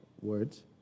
words